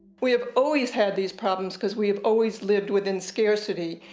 we have always had these problems because we have always lived within scarcity,